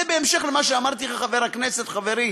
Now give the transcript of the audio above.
זה בהמשך למה שאמרתי לך, חבר הכנסת חברי